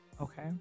Okay